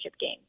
game